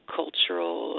cultural